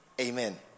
Amen